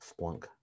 Splunk